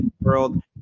world